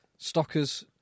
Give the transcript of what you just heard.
Stockers